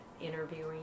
interviewing